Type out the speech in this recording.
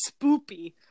spoopy